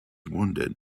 wounded